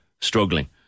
struggling